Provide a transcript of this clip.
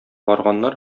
барганнар